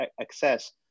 access